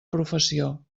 professió